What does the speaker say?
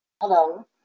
Hello